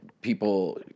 people